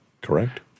correct